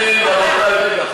רבותי --- למה אתה ------ רגע,